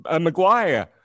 Maguire